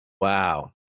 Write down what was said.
Wow